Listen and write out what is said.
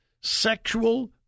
sexual